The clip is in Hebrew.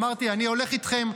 אמרתי: אני הולך איתכם.